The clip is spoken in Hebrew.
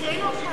התשע"א 2010,